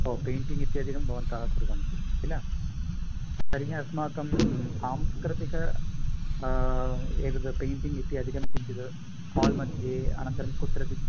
ओ painting इत्यादिकं भवन्तः कुर्वन्ति किल तर्हि अस्माकं सांस्कृतिक एतद् पेण्टिङ्ग् इत्यादिकं किञ्चित् हाल् मध्ये अनन्तरम्